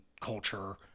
culture